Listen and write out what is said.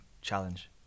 challenge